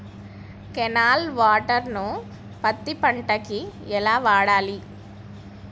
Canal water ను పత్తి పంట కి ఎలా వాడాలి?